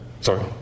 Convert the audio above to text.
Sorry